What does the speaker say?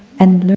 and